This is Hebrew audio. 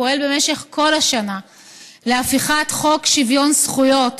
פועל במשך כל השנה להפיכת חוק שוויון זכויות